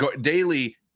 Daily